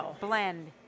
blend